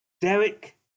Derek